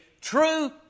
true